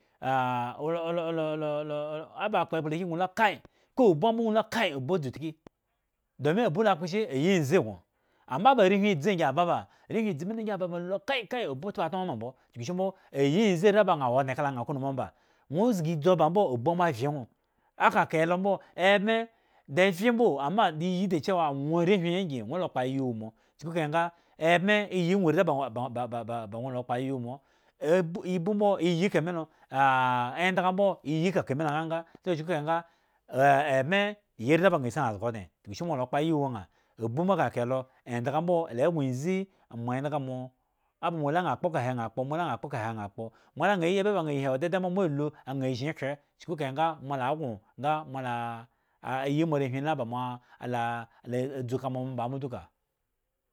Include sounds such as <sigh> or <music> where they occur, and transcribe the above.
<hesitation> aba kpo ekpla kyen nwo lula kai ko abu ambo nwo lu la kai abu dzu tki domin abu kpo eshi ayi enzi go anma ba arewhi edzi ngi aba ba arewhi mis lo ga lu la kaikai abu taba atnu aa mbo ayi enzi are la bu aa wo odne kala aa mbo ayi enzi are la bu aa wo odne kala aa kowene ombamba nwo zgi edzi oba mbo abu mbo avye nwo akakahelo mbo ebme de e vye mboo amma de yi decewa anwo arewhi ngi da kpo aya wu moi chuku kahe nga ebme ayi nwo are banwo are lo <hesitation> nwo kpo aya la wu mo ibu mbo yi kami lo <hesitation> endga mbo ayi kaka mi lo mbo ngabga so chuku kahe nga e ebme ayi are la b aa si aa la zga odne chuku shi nwo kpo aya la wu aa abu mbo kakahe lo endga mbo ele go enzi moandga mo aba aa la aa kpo ekahe aa kpo oba mola naa ba kpo owo ba mo lu aa ebi ba ta aa yi he awo daidai mbo mo lu aal zhyi kre chuku aga mola agrio nga mo laa ayi moarewhi la ba ma da dze ka mo omba aa mbo duka.